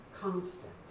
Constant